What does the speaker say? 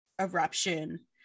eruption